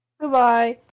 goodbye